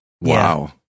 Wow